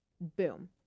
boom